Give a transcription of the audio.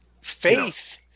faith